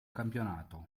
campionato